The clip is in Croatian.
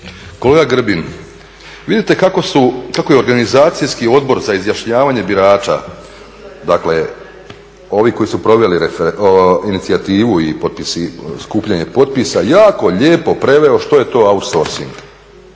Kolega Grbin, vidite kako je organizacijski odbor za izjašnjavanje birača dakle ovi koji su proveli inicijativu i skupljanje potpisa jako lijepo preveo što je to outsourcing